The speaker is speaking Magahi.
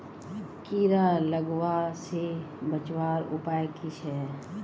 कीड़ा लगवा से बचवार उपाय की छे?